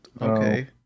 okay